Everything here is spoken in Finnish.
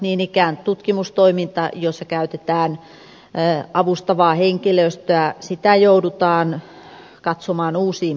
niin ikään tutkimustoimintaa jossa käytetään avustavaa henkilöstöä joudutaan katsomaan uusiin puihin